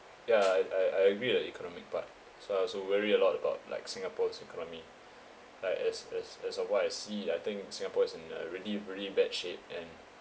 yeah I I agree the economic part so I also worry a lot about like singapore's economy like as as as of what I see I think singapore is in a really really bad shape and